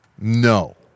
No